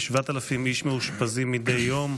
כ-7,000 איש מאושפזים מדי יום.